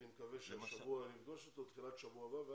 אני מקווה שהשבוע או תחילת שבוע הבא אני אפגוש אותו